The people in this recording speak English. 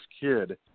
kid